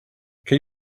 can